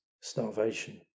starvation